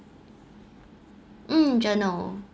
mm journal